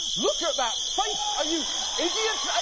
look at that face. are you idiots,